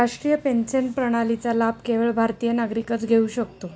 राष्ट्रीय पेन्शन प्रणालीचा लाभ केवळ भारतीय नागरिकच घेऊ शकतो